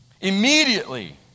immediately